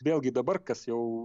vėlgi dabar kas jau